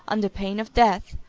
under pain of death,